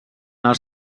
els